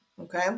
Okay